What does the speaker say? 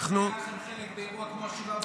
אבל מצד שני, היה לכם חלק באירוע כמו 7 באוקטובר.